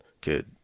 kid